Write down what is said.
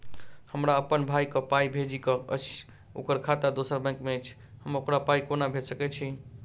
हमरा अप्पन भाई कऽ पाई भेजि कऽ अछि, ओकर खाता दोसर बैंक मे अछि, हम ओकरा पाई कोना भेजि सकय छी?